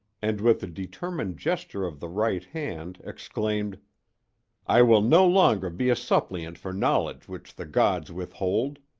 and with a determined gesture of the right hand exclaimed i will no longer be a suppliant for knowledge which the gods withhold.